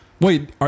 Wait